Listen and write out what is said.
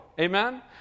Amen